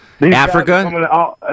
Africa